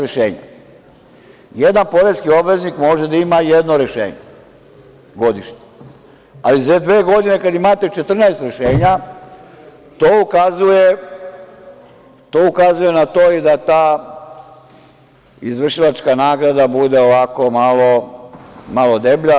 Jedan poreski obveznik može da ima jedno rešenje godišnje, ali za dve godine kada imate 14 rešenja, to ukazuje na to da ta izvršilačka nagrada bude onako malo deblja.